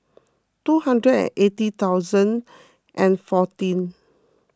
two hundred and eighty thousand fourteen